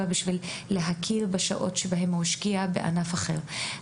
בשביל להכיר בשעות שבהן הוא השקיע בענף אחר.